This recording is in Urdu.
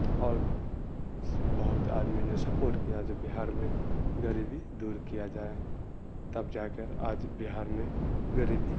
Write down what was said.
اور بہت آدمی نے سپورٹ کیا جو بہار میں غریبی دور کیا جائے تب جا کر آج بہار میں غریبی